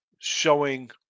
showing